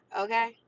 Okay